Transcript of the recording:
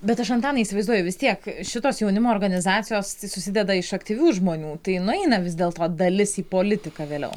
bet aš antanai įsivaizduoju vis tiek šitos jaunimo organizacijos susideda iš aktyvių žmonių tai nueina vis dėl to dalis į politiką vėliau